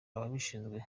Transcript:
ababishinzwe